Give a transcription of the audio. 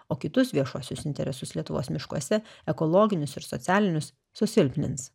o kitus viešuosius interesus lietuvos miškuose ekologinius ir socialinius susilpnins